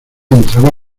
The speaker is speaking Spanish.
entraba